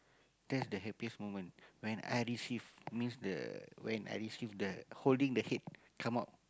that's the happiest moment when I receive means the when I receive the holding the head come out